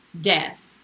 death